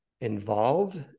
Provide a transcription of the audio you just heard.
involved